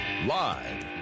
Live